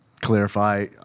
clarify